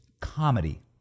comedy